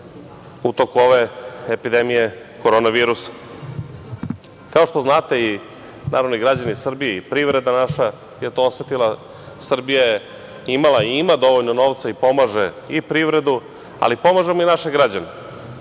u toku ove epidemije korona virusa. Kao što znate, građani Srbije i naša privreda je to osetila, Srbija je imala i ima dovoljno novca i pomaže i privredu, ali pomažemo i naše građane.